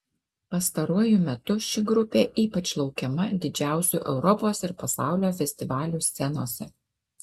pastaruoju metu ši grupė ypač laukiama didžiausių europos ir pasaulio festivalių scenose